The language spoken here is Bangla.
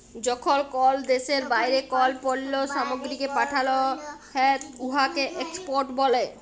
যখল কল দ্যাশের বাইরে কল পল্ল্য সামগ্রীকে পাঠাল হ্যয় উয়াকে এক্সপর্ট ব্যলে